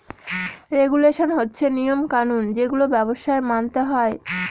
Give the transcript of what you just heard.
regulation হচ্ছে নিয়ম কানুন যেগুলো ব্যবসায় মানতে হয়